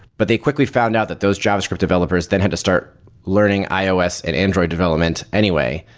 but they quickly found out that those javascript developers then had to start learning ios and android development anyway.